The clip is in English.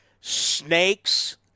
snakes